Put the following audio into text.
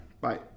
Bye